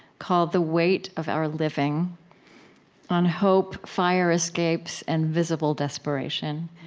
called the weight of our living on hope, fire escapes, and visible desperation.